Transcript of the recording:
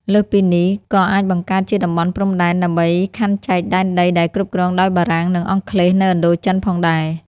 លើសពីនេះ ក៏អាចបង្កើតជាតំបន់ព្រំដែនដើម្បីខណ្ឌចែកដែនដីដែលគ្រប់គ្រងដោយបារាំង និងអង់គ្លេសនៅឥណ្ឌូចិនផងដែរ។